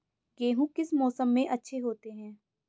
गेहूँ किस मौसम में अच्छे होते हैं?